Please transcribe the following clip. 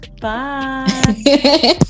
bye